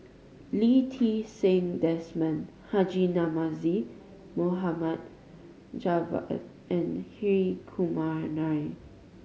Lee Ti Seng Desmond Haji Namazie Mohamed Javad and Hri Kumar Nair